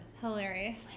Hilarious